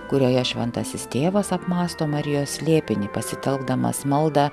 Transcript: kurioje šventasis tėvas apmąsto marijos slėpinį pasitelkdamas maldą